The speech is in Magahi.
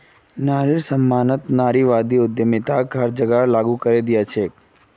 नारिर सम्मानत नारीवादी उद्यमिताक हर जगह लागू करे दिया छेक